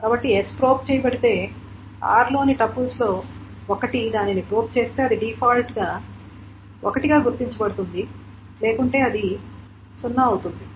కాబట్టి s probe చేయబడితే r లోని టపుల్స్లో ఒకటి దానిని ప్రోబ్ చేస్తే అది డిఫాల్ట్ గా 1 గా గుర్తించబడుతుంది లేకుంటే అది 0 అవుతుంది